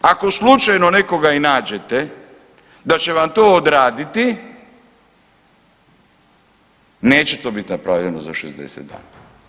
Ako slučajno nekoga i nađete da će vam to odraditi, neće to bit napravljeno za 60 dana.